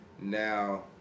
Now